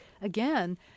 again